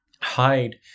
hide